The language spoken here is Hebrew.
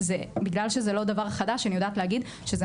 בגלל שזה לא דבר חדש אני יודעת להגיד שזה